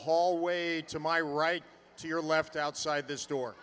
hallway to my right to your left outside this door